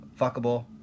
Fuckable